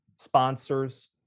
sponsors